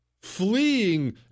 fleeing